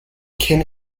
keen